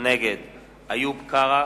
נגד איוב קרא,